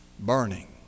burning